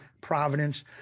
Providence